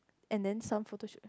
and then some photos